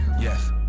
Yes